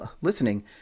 listening